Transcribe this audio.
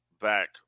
back